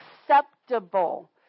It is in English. acceptable